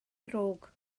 ddrwg